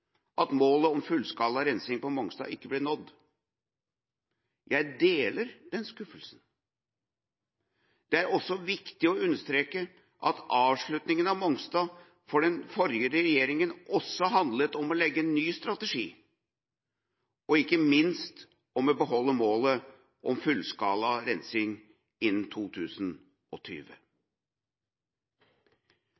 at målet om fullskala rensing på Mongstad ikke ble nådd. Jeg deler den skuffelsen. Det er også viktig å understreke at avslutninga av Mongstad for den forrige regjeringa også handlet om å legge ny strategi – og ikke minst om å beholde målet om fullskala rensing innen 2020.